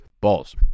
balls